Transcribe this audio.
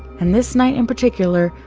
and this night, in particular,